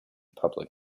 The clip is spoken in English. public